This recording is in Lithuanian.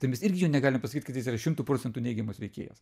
tai mesirgi jo negalim pasakyt kad jis yra šimtu procentų neigiamas veikėjas